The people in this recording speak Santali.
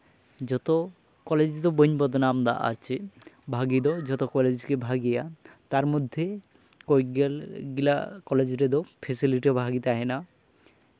ᱡᱚᱛᱚ ᱠᱚᱞᱮᱡᱽ ᱫᱚ ᱵᱟᱹᱧ ᱵᱚᱫᱱᱟᱢᱫᱟ ᱟᱨ ᱪᱮᱫ ᱵᱷᱟᱹᱜᱤ ᱫᱚ ᱡᱚᱛᱚ ᱠᱚᱞᱮᱡᱽ ᱜᱮ ᱵᱷᱟᱹᱜᱤᱭᱟ ᱛᱟᱨ ᱢᱚᱫᱽᱫᱷᱮ ᱠᱚᱭᱮᱠᱜᱩᱞᱟ ᱠᱚᱞᱮᱡᱽ ᱨᱮᱫᱚ ᱯᱷᱮᱥᱤᱞᱤᱴᱤ ᱵᱷᱟᱜᱮ ᱛᱟᱦᱮᱱᱟ